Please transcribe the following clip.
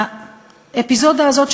האפיזודה הזאת,